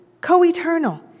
Co-eternal